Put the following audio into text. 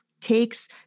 takes